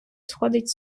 сходить